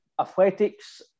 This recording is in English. Athletics